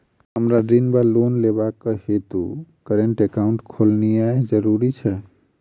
हमरा ऋण वा लोन लेबाक हेतु करेन्ट एकाउंट खोलेनैय जरूरी छै?